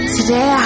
Today